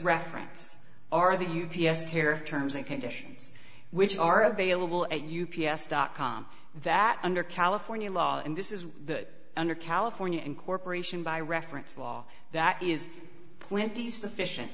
reference are the u p s here terms and conditions which are available at u p s dot com that under california law in this is the under california incorporation by reference law that is plenty sufficient